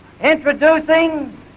Introducing